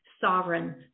sovereign